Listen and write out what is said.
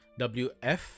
WF